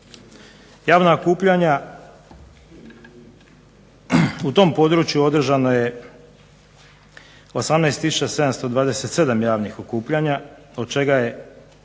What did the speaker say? Javna okupljanja u tom području održano je 18 tisuća 727 javnih okupljanja od čega je